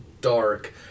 dark